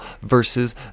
versus